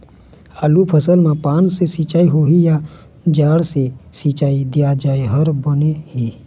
आलू फसल मे पान से सिचाई होही या जड़ से सिचाई दिया जाय हर बने हे?